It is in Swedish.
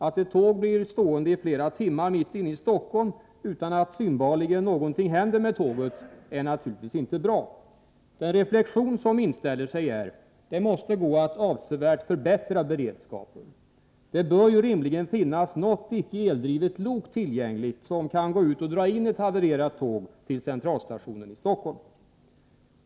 Att ett tåg blir stående i flera timmar mitt inne i Stockholm utan att synbarligen någonting händer med tåget är naturligtvis inte bra. Den reflexion som inställer sig är: Det måste gå att avsevärt förbättra beredskapen. Det bör ju rimligen finnas något icke eldrivet lok, som kan gå ut och dra in ett havererat tåg till centralstationen i Stockholm.